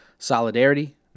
Solidarity